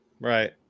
right